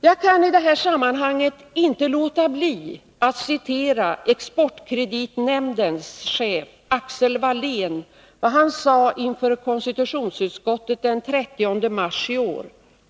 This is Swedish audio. Jag kan i det här sammanhanget inte låta bli att citera vad exportkreditnämndens chef Axel Wallén sade inför konstitutionsutskottet den 30 mars i år.